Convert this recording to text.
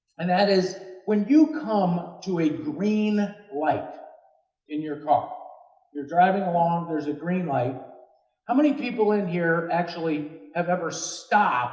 and that is, when you come to a green light in your car you're driving along, there's a green light how many people in here actually have ever stopped